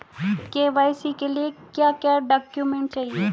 KYC के लिए क्या क्या डॉक्यूमेंट चाहिए?